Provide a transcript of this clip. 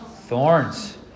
Thorns